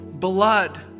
blood